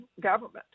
government